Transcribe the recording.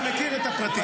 אתה מכיר את הפרטים.